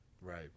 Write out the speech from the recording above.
Right